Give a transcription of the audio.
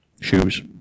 Shoes